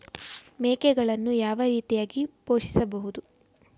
ಮೇಕೆಗಳನ್ನು ಯಾವ ರೀತಿಯಾಗಿ ಪೋಷಿಸಬಹುದು?